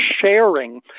sharing